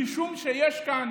משום שיש כאן